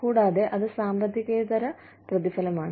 കൂടാതെ അത് സാമ്പത്തികേതര പ്രതിഫലമാണ്